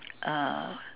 uh